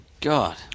God